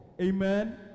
Amen